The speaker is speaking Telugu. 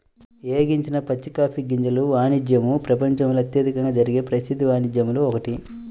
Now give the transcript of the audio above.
వేగించని పచ్చి కాఫీ గింజల వాణిజ్యము ప్రపంచంలో అత్యధికంగా జరిగే ప్రసిద్ధ వాణిజ్యాలలో ఒకటి